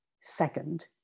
Second